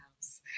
house